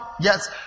Yes